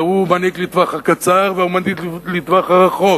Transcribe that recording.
והוא מנהיג לטווח קצר והוא מנהיג לטווח ארוך.